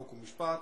חוק ומשפט,